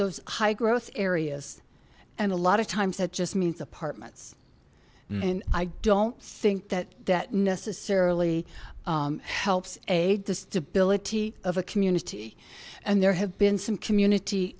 those high growth areas and a lot of times that just means apartments and i don't think that that necessarily helps aid the stability of a community and there have been some community